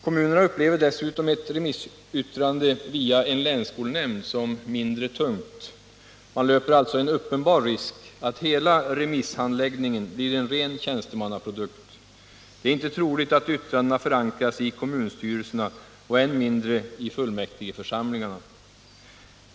Kommunerna upplever dessutom ett remissyttrande via en länsskolnämnd som mindre tungt. Man löper alltså en uppenbar risk att hela remisshandläggningen blir en ren tjänstemannaprodukt. Det är inte troligt att yttrandena förankras i kommunstyrelserna och än mindre i fullmäktigeförsamlingarna.